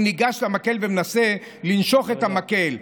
הוא ניגש למקל ומנסה לנשוך את המקל.